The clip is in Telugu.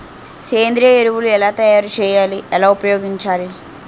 సేంద్రీయ ఎరువులు ఎలా తయారు చేయాలి? ఎలా ఉపయోగించాలీ?